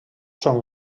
són